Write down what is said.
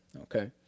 Okay